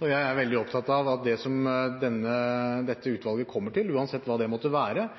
Jeg er veldig opptatt av at det dette utvalget kommer til – uansett hva det måtte være